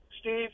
steve